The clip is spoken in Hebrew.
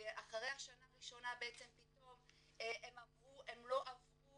ואחרי השנה הראשונה פתאום הם לא עברו